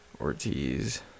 Ortiz